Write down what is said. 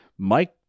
Mike